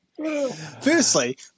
firstly